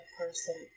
person